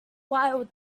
wild